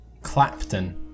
Clapton